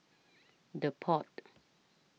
The Pod